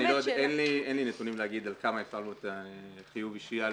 אין לי נתונים להגיד על כמה הפעלנו בחיוב אישי.